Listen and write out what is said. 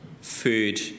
food